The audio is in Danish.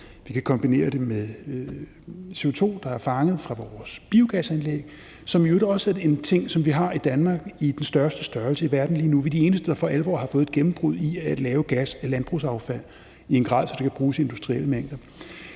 Vi kan kombinere det med CO2, der er indsamlet fra vores biogasanlæg, som i øvrigt også er en ting, som vi har i Danmark i den største størrelse i verden lige nu. Vi er de eneste, der for alvor har fået et gennembrud i at lave gas af landbrugsaffald i en grad, så det kan bruges i industrielle mængder.